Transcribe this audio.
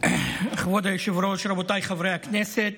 כבוד היושב-ראש, רבותיי חברי הכנסת,